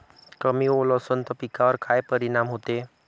कमी ओल असनं त पिकावर काय परिनाम होते?